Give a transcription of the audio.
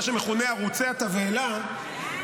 מה שמכונה ערוצי התבהלה -- די.